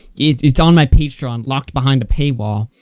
it's on my patreon locked behind a paywall,